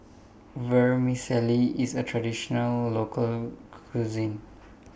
Vermicelli IS A Traditional Local Cuisine